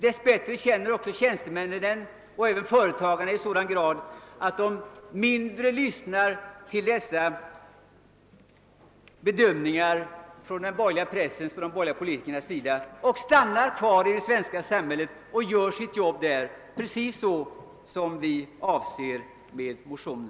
Dess bättre känner också tjänstemännen och företagarna sitt ansvar i sådan grad att de inte ofta lyssnar till dessa den borgerliga pressens och de borgerliga politikernas bedömningar utan stannar kvar i det svenska samhället och gör sin insats där, precis såsom vi önskar i vår motion.